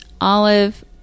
Olive